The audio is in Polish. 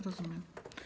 Rozumiem.